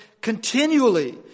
continually